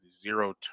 zero